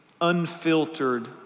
unfiltered